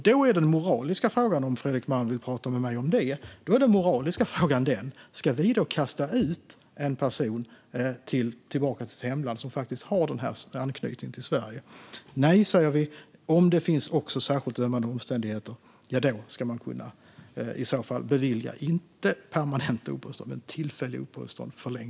Då är den moraliska frågan, om Fredrik Malm vill prata med mig om den, om vi då ska kasta ut en person som faktiskt har denna anknytning till Sverige tillbaka till hemlandet? Nej, säger vi. Om det också finns särskilt ömmande omständigheter ska man kunna beviljas förlängt tillfälligt uppehållstillstånd, inte permanent.